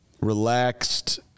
relaxed